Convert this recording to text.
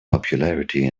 popularity